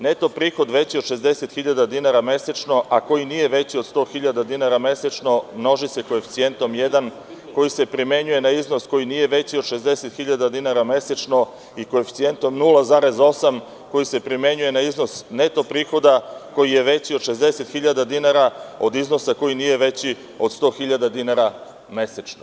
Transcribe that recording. Neto prihod veći od 60.000 dinara mesečno, a koji nije veći od 100.000 dinara mesečno, množi se koeficijentom jedan, koji se primenjuje na iznos koji nije veći od 60.000 dinara mesečno i koeficijentom 0,8, koji se primenjuje na iznos neto prihoda koji je veći od 60.000 dinara od iznosa koji nije veći od 100.000 dinara mesečno.